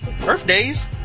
Birthdays